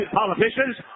politicians